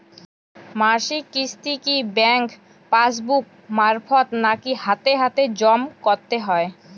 মাসিক কিস্তি কি ব্যাংক পাসবুক মারফত নাকি হাতে হাতেজম করতে হয়?